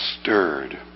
stirred